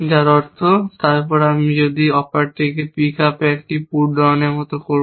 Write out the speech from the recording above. যার অর্থ তারপর আমি যদি অপারেটরকে পিক আপ একটি পুট ডাউনের মতো করব